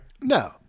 No